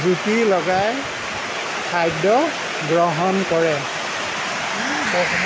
জুতি লগাই খাদ্য গ্ৰহণ কৰে